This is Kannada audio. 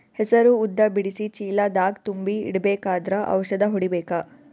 ಹೆಸರು ಉದ್ದ ಬಿಡಿಸಿ ಚೀಲ ದಾಗ್ ತುಂಬಿ ಇಡ್ಬೇಕಾದ್ರ ಔಷದ ಹೊಡಿಬೇಕ?